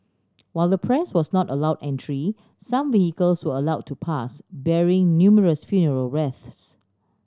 while the press was not allowed entry some vehicles were allowed to pass bearing numerous funeral wreaths